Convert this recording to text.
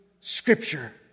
scripture